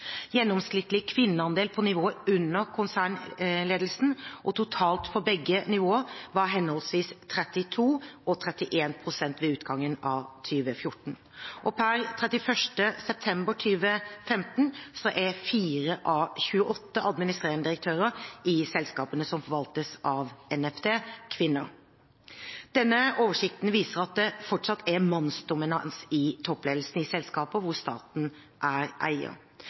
Gjennomsnittlig kvinneandel på nivået under konsernledelsen og totalt for begge nivåer var på henholdsvis 32 pst. og 31 pst. ved utgangen av 2014. Per 31. september 2015 er fire av 28 administrerende direktører i selskapene som forvaltes av NFD, kvinner. Denne oversikten viser at det fortsatt er mannsdominans i toppledelsen i selskaper hvor staten er eier.